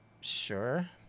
Sure